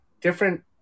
different